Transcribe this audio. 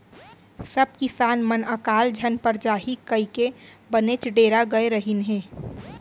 सब किसान मन अकाल झन पर जाही कइके बनेच डेरा गय रहिन हें